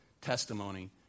testimony